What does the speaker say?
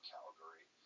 Calgary